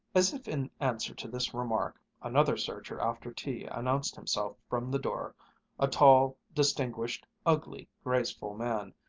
as if in answer to this remark, another searcher after tea announced himself from the door a tall, distinguished, ugly, graceful man,